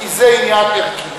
כי זה עניין ערכי.